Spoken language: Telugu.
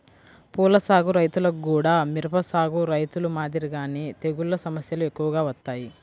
పూల సాగు రైతులకు గూడా మిరప సాగు రైతులు మాదిరిగానే తెగుల్ల సమస్యలు ఎక్కువగా వత్తాయి